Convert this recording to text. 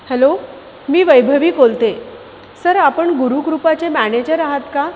hello मी वैभवी बोलतेय sir आपण गुरुकृपाचे मॅनेजर आहात का